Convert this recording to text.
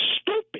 stupid